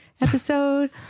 episode